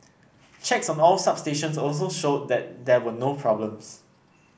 checks on all substations also showed that there were no problems